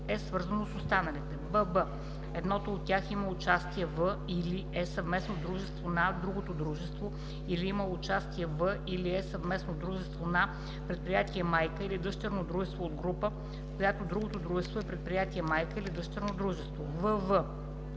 е свързано с останалите); бб) едното от тях има участие в или е съвместно дружество на другото дружество или има участие в или е съвместно дружество на предприятие майка или дъщерно дружество от група, в която другото дружество е предприятие майка или дъщерно дружество; вв) и